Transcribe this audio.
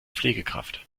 pflegekraft